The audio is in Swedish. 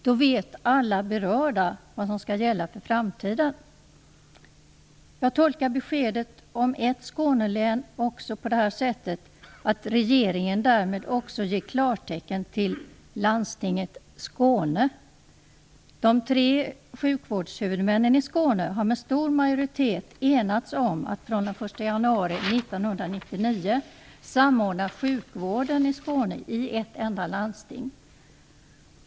Då vet alla berörda vad som skall gälla för framtiden. Jag tolkar också beskedet om ett Skånelän som att regeringen därmed ger klartecken till landstinget Skåne. De tre sjukvårdshuvudmännen i Skåne har med stor majoritet enats om att från den 1 januari 1999 samordna sjukvården i Skåne i ett enda landsting.